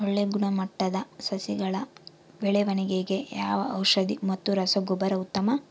ಒಳ್ಳೆ ಗುಣಮಟ್ಟದ ಸಸಿಗಳ ಬೆಳವಣೆಗೆಗೆ ಯಾವ ಔಷಧಿ ಮತ್ತು ರಸಗೊಬ್ಬರ ಉತ್ತಮ?